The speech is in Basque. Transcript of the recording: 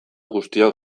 guztiok